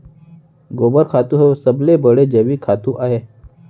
गोबर खातू ह सबले बड़े जैविक खातू अय